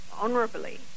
Honorably